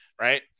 right